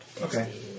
Okay